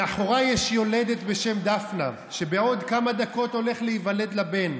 מאחוריי יש יולדת בשם דפנה שבעוד כמה דקות הולך להיוולד לה בן.